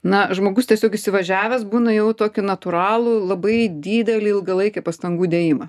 na žmogus tiesiog įsivažiavęs būna jau tokį natūralų labai didelį ilgalaikį pastangų dėjimą